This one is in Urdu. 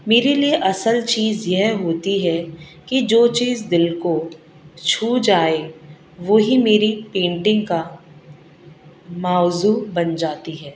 میرے لیے اصل چیز یہ ہوتی ہے کہ جو چیز دل کو چھو جائے وہی میری پینٹنگ کا موضوع بن جاتی ہے